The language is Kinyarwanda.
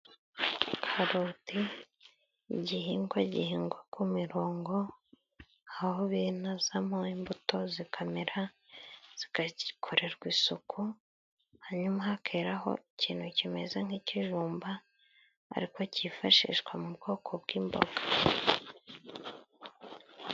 Karote ni igihingwa gihingwa ku mirongo, aho binazamo imbuto zikamera, zigakorerwa isuku hanyuma hakazaho ikintu kimeze nk'ikijumba, ariko cyifashishwa mu bwoko bw'imboga.